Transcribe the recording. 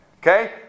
Okay